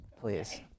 Please